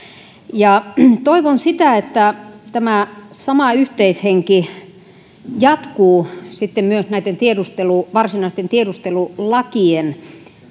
toivon sitä että tämä sama yhteishenki jatkuu sitten myös näitten varsinaisten tiedustelulakien